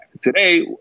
today